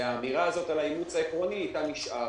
האמירה הזאת על האימוץ העקרוני, אתה נשארנו.